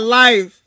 life